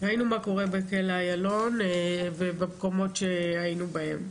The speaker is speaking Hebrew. ראינו מה קורה בכלא אילון ובמקומות שהיינו בהם.